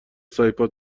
سایپا